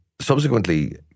subsequently